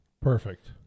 Perfect